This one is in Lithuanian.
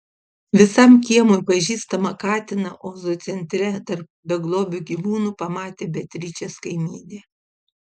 visam kiemui pažįstamą katiną ozo centre tarp beglobių gyvūnų pamatė beatričės kaimynė